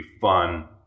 fun